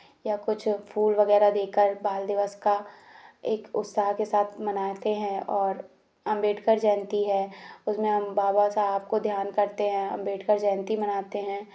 या कुछ फूल वगैरह देकर बाल दिवस का एक उत्साह के साथ मनाते हैं और अम्बेडकर जयंती है उसमें हम बाबा साहब को ध्यान करते हैं अम्बेडकर जयंती मनाते है